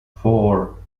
four